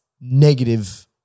negative